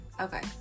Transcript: okay